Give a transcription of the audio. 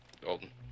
Dalton